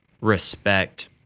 respect